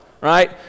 right